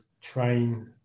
train